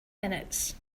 minutes